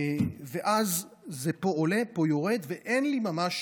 אז זה פה עולה, פה יורד, ואין לי ממש